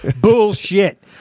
Bullshit